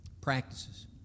practices